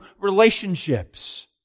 relationships